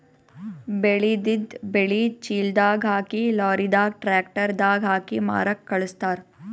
ಬೆಳೆದಿದ್ದ್ ಬೆಳಿ ಚೀಲದಾಗ್ ಹಾಕಿ ಲಾರಿದಾಗ್ ಟ್ರ್ಯಾಕ್ಟರ್ ದಾಗ್ ಹಾಕಿ ಮಾರಕ್ಕ್ ಖಳಸ್ತಾರ್